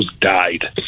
died